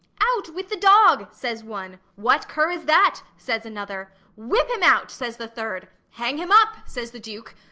out with the dog says one what cur is that says another whip him out says the third hang him up says the duke.